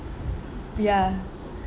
ya